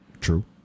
True